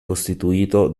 costituito